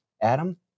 Adam